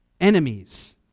enemies